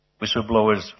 Whistleblowers